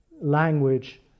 language